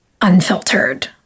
unfiltered